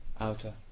outer